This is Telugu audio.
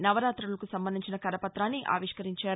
నవరాతులకు సంబంధించిన కరపతాన్ని ఆవిష్కరించారు